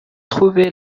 trouvé